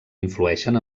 influeixen